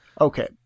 okay